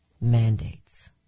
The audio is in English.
mandates